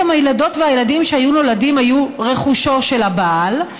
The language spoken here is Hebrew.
גם הילדות והילדים שהיו נולדים היו רכושו של הבעל,